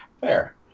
Fair